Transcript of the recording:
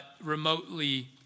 remotely